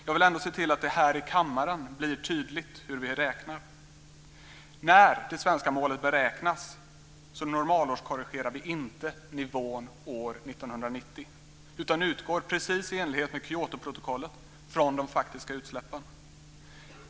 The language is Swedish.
Jag vill ändå se till att det här i kammaren blir tydligt hur vi räknar. När det svenska målet beräknas normalårskorrigerar vi inte nivån år 1990 utan utgår precis i enlighet med Kyotoprotokollet från de faktiska utsläppen.